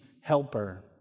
helper